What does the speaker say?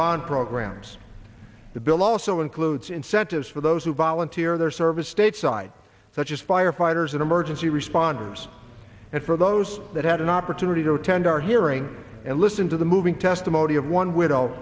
bond programs the bill also includes incentives for those who volunteer their service stateside such as firefighters and emergency responders and for those that had an opportunity to attend our hearing and listen to the moving testimony of one widow